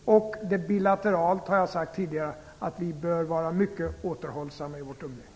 Som jag tidigare sagt bör vi bilateralt vara mycket återhållsamma i vårt umgänge.